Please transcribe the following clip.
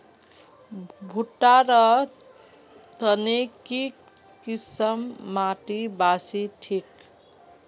भुट्टा र तने की किसम माटी बासी ठिक?